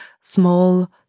small